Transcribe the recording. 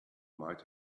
might